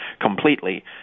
completely